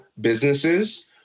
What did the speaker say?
businesses